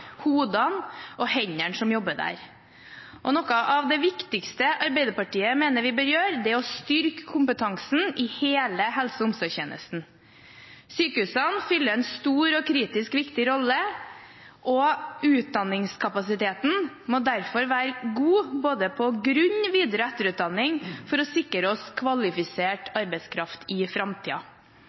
hodene og hendene som jobber der. Noe av det Arbeiderpartiet mener er viktigst at vi bør gjøre, er å styrke kompetansen i hele helse- og omsorgstjenesten. Sykehusene fyller en stor og kritisk viktig rolle, og utdanningskapasiteten må derfor være god, både på grunn-, videre- og etterutdanning, for å sikre oss kvalifisert arbeidskraft i